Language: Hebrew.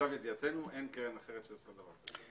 למיטב ידיעתנו אין קרן אחרת שעושה דבר כזה.